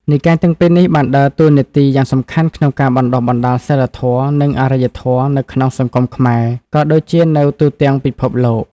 និកាយទាំងពីរនេះបានដើរតួនាទីយ៉ាងសំខាន់ក្នុងការបណ្តុះបណ្តាលសីលធម៌ និងអរិយធម៌នៅក្នុងសង្គមខ្មែរ ក៏ដូចជានៅទូទាំងពិភពលោក។